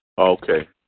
Okay